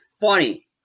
funny